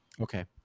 Okay